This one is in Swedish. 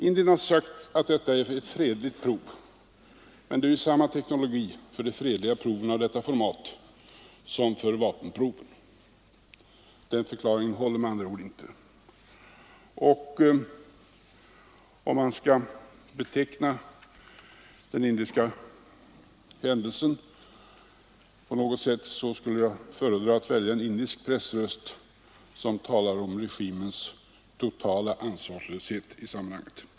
Indien har sagt att detta är ett fredligt prov, men det är samma teknologi för de fredliga proven av detta format som för vapenproven. Den förklaringen håller med andra ord inte. Om man skall beteckna den indiska händelsen på något sätt skulle jag föredra att välja en indisk pressröst, som talar om regimens totala ansvarslöshet i sammanhanget.